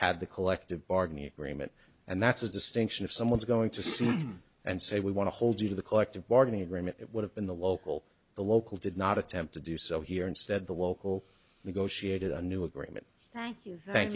had the collective bargaining agreement and that's a distinction of someone's going to see and say we want to hold you to the collective bargaining agreement it would have been the local the local did not attempt to do so here instead the local negotiated a new agreement